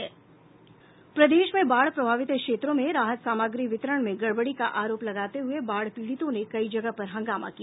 प्रदेश में बाढ प्रभावित क्षेत्रों में राहत सामग्री वितरण में गड़बड़ी का आरोप लगाते हुए बाढ़ पीड़ितों ने कई जगह पर हंगामा किया